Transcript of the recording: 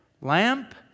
lamp